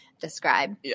describe